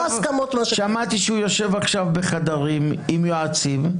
לא הסכמות --- שמעתי שהוא יושב עכשיו בחדרים עם יועצים,